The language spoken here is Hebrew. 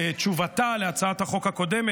נשמע את השר, את עמדת הממשלה.